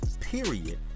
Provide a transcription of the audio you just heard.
period